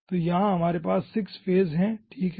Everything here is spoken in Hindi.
तो यहाँ हमारे पास 6 फेस है ठीक है